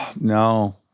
No